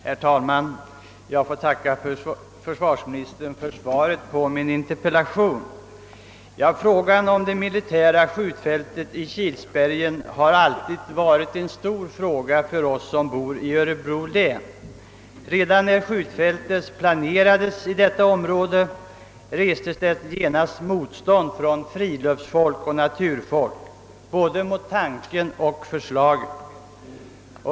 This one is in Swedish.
Herr talman! Jag ber att få tacka försvarsministern för svaret på min interpellation. Frågan om det militära skjutfältet i Kilsbergen har alltid varit ett stort spörsmål för oss som bor i Örebro län. Redan när skjutfältet planerades i detta område restes genast motstånd från friluftsoch naturfolk både mot tanken och förslaget som sådant.